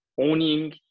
owning